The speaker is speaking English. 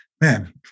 man